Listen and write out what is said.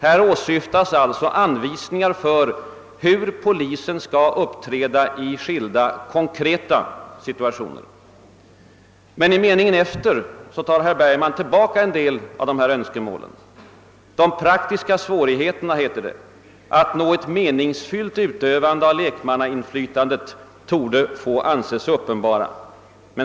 Här åsyftas alltså anvisningar för hur polisen skall uppträda i skilda konkreta situationer. Men ett par meningar därefter tar herr Bergman tillbaka en del av sina önskemål. »De praktiska svårigheterna», heter det, »att ——— nå ett meningsfullt utövande av lekmannainflytandet torde också få anses uppenbara».